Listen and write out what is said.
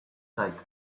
zait